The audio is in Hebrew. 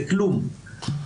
זה כלום.